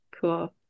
cool